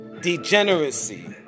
degeneracy